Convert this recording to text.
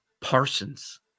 Parsons